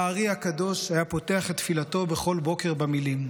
האר"י הקדוש היה פותח את תפילתו בכל בוקר במילים: